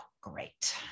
great